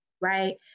right